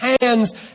hands